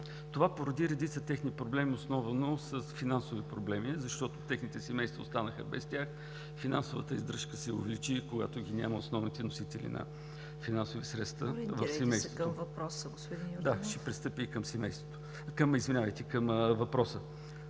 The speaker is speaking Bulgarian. Това породи редица техни проблеми, основно финансови проблеми, защото техните семейства останаха без тях, финансовата издръжка се увеличи, когато ги няма основните носители на финансови средства в семейството. ПРЕДСЕДАТЕЛ ЦВЕТА